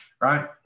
right